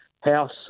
house